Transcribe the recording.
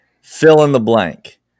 fill-in-the-blank